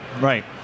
right